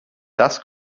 das